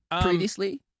previously